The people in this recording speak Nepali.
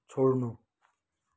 छोड्नु